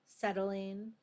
settling